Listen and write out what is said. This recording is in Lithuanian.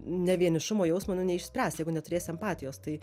ne vienišumo jausmo nu neišspręs jeigu neturėsi empatijos tai